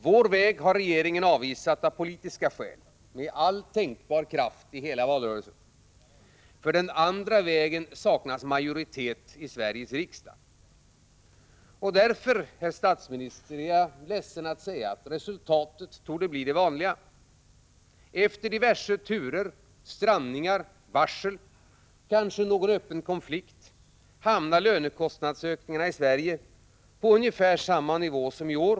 Vår väg har regeringen avvisat av politiska skäl med all tänkbar kraft i hela valrörelsen. För den andra vägen saknas majoritet i Sveriges riksdag. Därför, herr statsminister, är jag ledsen att säga att resultatet torde bli det vanliga. Efter diverse turer, strandningar, varsel och kanske någon öppen konflikt hamnar lönekostnadsökningarna i Sverige på ungefär samma nivå som i år.